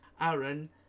Aaron